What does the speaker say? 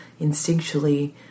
instinctually